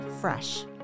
fresh